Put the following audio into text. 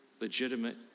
legitimate